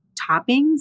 toppings